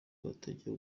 agatege